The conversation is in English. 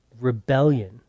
rebellion